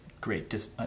great